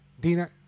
Dina